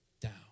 down